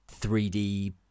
3D